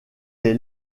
est